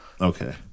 okay